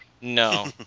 No